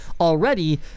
already